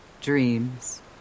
dreams